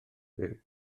byw